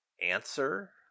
answer